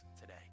today